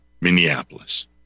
Minneapolis